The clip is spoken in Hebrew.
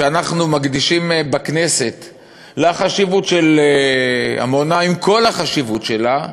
שאנחנו מקדישים בכנסת לעמונה, עם כל החשיבות שלה,